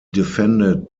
defended